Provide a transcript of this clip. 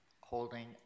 holding